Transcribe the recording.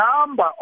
number